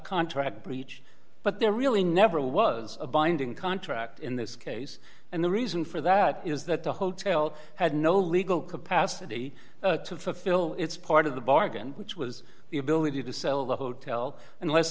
contract breach but there really never was a binding contract in this case and the reason for that is that the hotel had no legal capacity to fulfill its part of the bargain which was the ability to sell the hotel unless